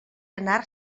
anar